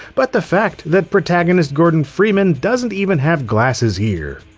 but the fact that protagonist gordon freeman doesn't even have glasses here.